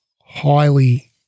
highly